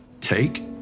take